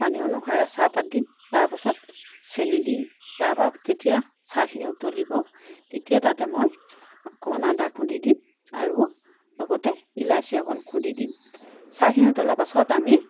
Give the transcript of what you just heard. পানী অনুসাৰে চাহপাত দি তাৰপাছত চেনী দিওঁ তাৰ পৰা যেতিয়া চাহখিনি উতলিব তেতিয়া তাতে মই অকণমান আদা খুন্দি দিম আৰু লগতে ইলাচি অকণ খুন্দি দিম চাহখিনি উতলাৰ পাছত আমি